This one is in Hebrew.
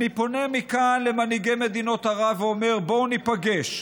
אני פונה מכאן למנהיגי מדינות ערב ואומר: בואו ניפגש.